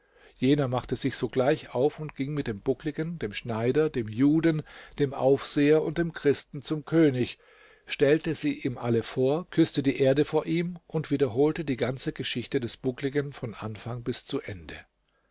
jener machte sich sogleich auf und ging mit dem buckligen dem schneider dem juden dem aufseher und dem christen zum könig stellte sie ihm alle vor küßte die erde vor ihm und wiederholte die ganze geschichte des buckligen von anfang bis zu ende